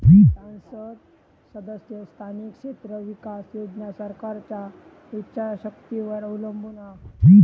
सांसद सदस्य स्थानिक क्षेत्र विकास योजना सरकारच्या ईच्छा शक्तीवर अवलंबून हा